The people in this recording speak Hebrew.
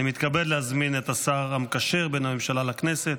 אני מתכבד להזמין את השר המקשר בין הממשלה לכנסת,